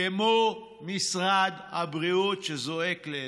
כמו למשרד הבריאות, שזועק לעזרה?